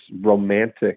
romantic